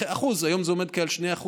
היום זה כ-2%,